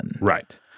Right